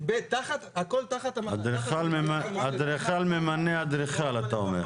הכל תחת -- אדריכל ממנה אדריכל אתה אומר.